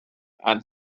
and